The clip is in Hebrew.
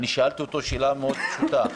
ושאלתי אותו שאלה מאוד פשוטה,